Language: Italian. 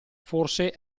forse